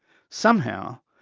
somehow,